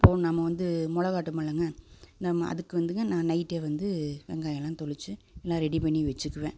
அப்போ நம்ம வந்து மிளகா ஆட்டுவோமில்லைங்க நம்ம அதுக்கு வந்துங்க நான் நைட்டே வந்து வெங்காயம் எல்லாம் தொளிச்சு எல்லாம் ரெடி பண்ணி வச்சுக்குவேன்